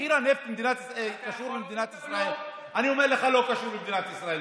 מחיר הנפט קשור למדינת ישראל?